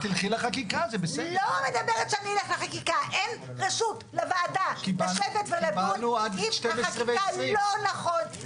אין לוועדה רשות ולדון כשהחקיקה --- קיבלנו רשות עד 12:20. לא נכון,